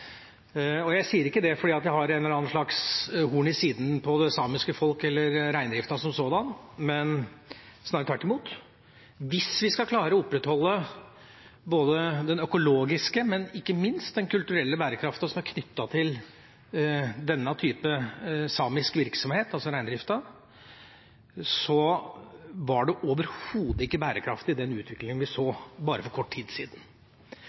Jeg sier ikke det fordi jeg har et eller annet slags horn i siden til det samiske folk eller reindriften som sådan – snarere tvert imot. Hvis vi skal klare å opprettholde den økologiske og ikke minst den kulturelle bærekraften som er knyttet til denne typen samisk virksomhet, altså reindriften, så var den utviklingen vi så for bare kort tid siden,